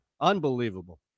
Unbelievable